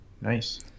Nice